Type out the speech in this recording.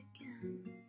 again